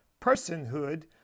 personhood